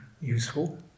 useful